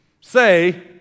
say